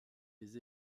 les